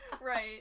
Right